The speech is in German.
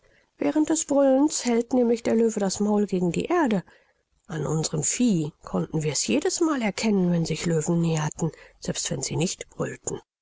während des brüllens hält nämlich der löwe das maul gegen die erde an unserm vieh konnten wir es jedes mal erkennen wenn sich löwen näherten selbst wenn sie nicht brüllten